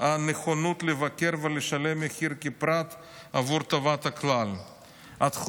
הנכונות לוותר ולשלם מחיר כפרט עבור טובת הכלל והתחושה